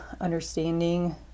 understanding